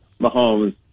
Mahomes